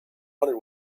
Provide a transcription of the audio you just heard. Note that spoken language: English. wanted